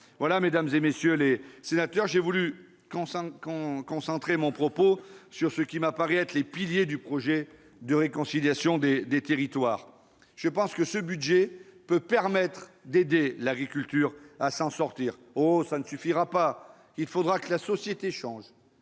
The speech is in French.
Brexit. Mesdames, messieurs les sénateurs, j'ai voulu concentrer mon propos sur ce qui m'apparaît être au coeur du projet de réconciliation des territoires. Je pense que ce budget peut permettre d'aider l'agriculture à s'en sortir. Certes, il n'y suffira pas : il faudra aussi que la société change,